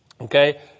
Okay